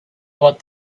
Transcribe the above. what